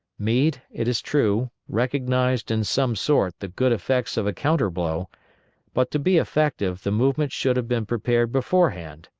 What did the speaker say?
meade, it is true, recognized in some sort the good effects of a counter-blow but to be effective the movement should have been prepared beforehand.